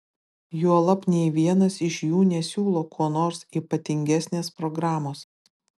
juolab nė vienas iš jų nesiūlo kuo nors ypatingesnės programos